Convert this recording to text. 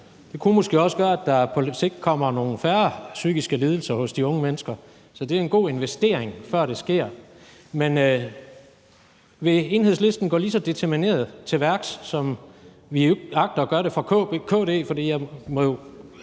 det kunne måske også gøre, at der på lidt længere sigt kommer nogle færre psykiske lidelser hos de unge mennesker. Så det er en god investering, før det sker. Men vil Enhedslisten gå lige så determineret til værks, som vi jo dog ikke agter at gøre det fra KD's side? For jeg må jo